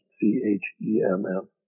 C-H-E-M-M